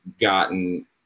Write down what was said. gotten